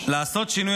"לעשות שינוי",